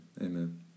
Amen